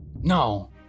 No